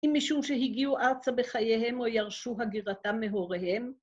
אם משום שהגיעו ארצה בחייהם או ירשו הגירתם מהוריהם?